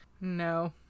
No